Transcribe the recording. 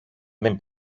δεν